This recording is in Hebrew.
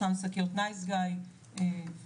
אותן שקיות נייס גאי ואחרות.